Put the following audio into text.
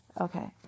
Okay